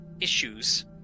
issues